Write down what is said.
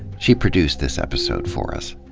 she produced this episode for us.